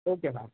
okay હા